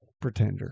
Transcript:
Pretender